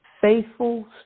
faithful